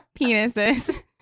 penises